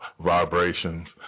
vibrations